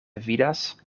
vidas